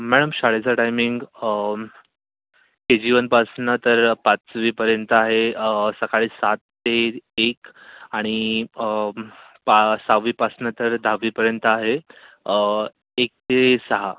madam शाळेचा timing K G वनपासनं तर पाचवीपर्यंत आहे सकाळी सात ते ए एक आणि पा सहावीपासनं तर दहावीपर्यंत आहे एक ते सहा